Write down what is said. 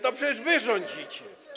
To przecież wy rządzicie.